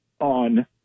on